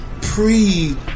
pre